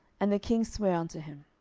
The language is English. and the king sware unto him.